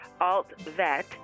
Alt-Vet